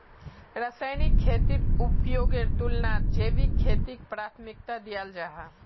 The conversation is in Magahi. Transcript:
रासायनिक खेतीर उपयोगेर तुलनात जैविक खेतीक प्राथमिकता दियाल जाहा